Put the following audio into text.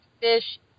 fish